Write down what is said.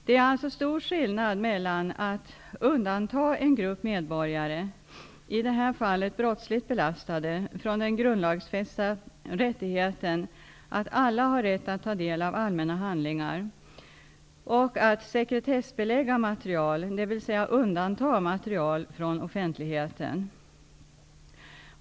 Det är alltså stor skillnad mellan att undanta en grupp medborgare, i det här fallet brottsligt belastade, från den grundlagsfästa rättigheten att alla har rätt att ta del av allmänna handlingar och att sekretessbelägga material, dvs. undanta material från offentligheten.